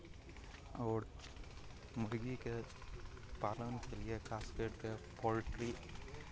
आओर मुर्गीके पालनके लिए खास करि कऽ पोल्ट्री